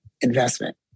investment